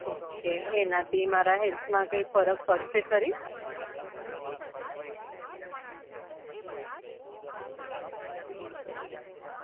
okay એનાથી મારા હેલ્થમાં કંઈ ફરક પડશે ખરી